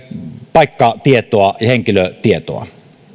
paikkatietoa ja henkilötietoa